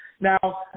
Now